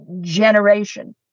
generation